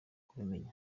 kubimenya